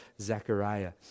Zechariah